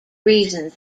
reasons